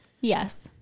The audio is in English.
Yes